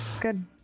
good